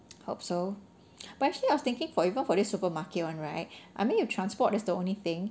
hope so but actually I was thinking for even for the supermarket [one] right I mean if transport is the only thing